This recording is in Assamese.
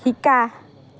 শিকা